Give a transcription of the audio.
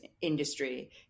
industry